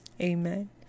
amen